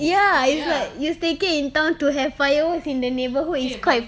ya it's like you staycay in town to have fireworks in the neighbourhood it's quite